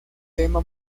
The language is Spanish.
tema